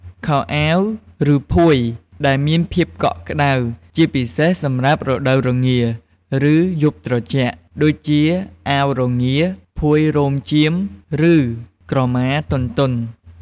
ខោអាវ ឬភួយដែលមានភាពកក់ក្តៅ ជាពិសេសសម្រាប់រដូវរងា ឬយប់ត្រជាក់ ដូចជាអាវរងា ភួយរោមចៀម ឬក្រមាទន់ៗ។